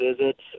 visits